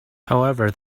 however